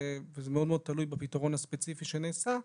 וזה מאוד תלוי בפתרון הספציפי שנעשה.